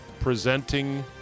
presenting